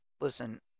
Listen